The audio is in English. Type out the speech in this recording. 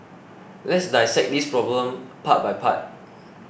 let's dissect this problem part by part